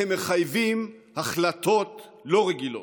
והם מחייבים החלטות לא רגילות.